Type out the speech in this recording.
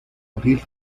abrir